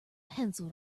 pencil